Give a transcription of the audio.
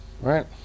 right